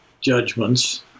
judgments